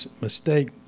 mistake